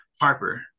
Harper